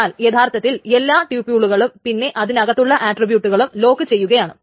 എന്നാൽ യഥാർത്ഥത്തിൽ എല്ലാ ട്യൂപൂളുകളും പിന്നെ അതിനകത്തുള്ള ആട്രീബ്യൂട്ടുകളെയും ലോക്കു ചെയ്യുകയാണ്